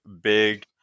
big